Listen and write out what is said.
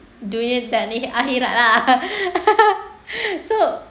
dunia tak di akhirat lah so